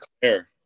Claire